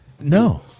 no